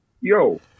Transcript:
Yo